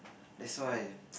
that's why